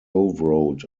wrote